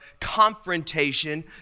confrontation